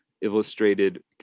illustrated